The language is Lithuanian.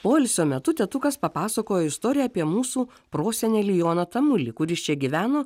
poilsio metu tėtukas papasakojo istoriją apie mūsų prosenelį joną tamulį kuris čia gyveno